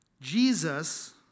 Jesus